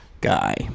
guy